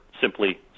simply